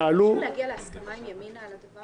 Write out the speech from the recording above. אי-אפשר להגיע להסכמה עם ימינה על הדבר הזה?